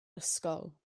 ysgol